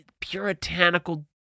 Puritanical